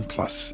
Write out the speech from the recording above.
Plus